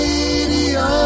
Radio